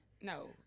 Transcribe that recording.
No